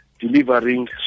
delivering